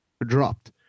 dropped